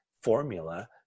formula